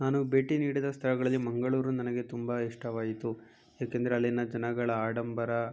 ನಾನು ಭೇಟಿ ನೀಡಿದ ಸ್ಥಳಗಳಲ್ಲಿ ಮಂಗಳೂರು ನನಗೆ ತುಂಬ ಇಷ್ಟವಾಯಿತು ಏಕೆಂದರೆ ಅಲ್ಲಿನ ಜನಗಳ ಆಡಂಬರ